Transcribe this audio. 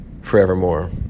forevermore